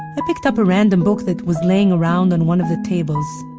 ah picked up a random book that was laying around on one of the tables.